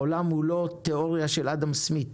העולם הוא לא תאוריה של אדם סמית,